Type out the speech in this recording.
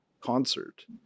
concert